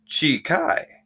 Chi-Kai